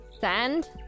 sand